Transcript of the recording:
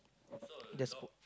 there's